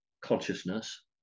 consciousness